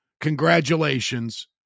congratulations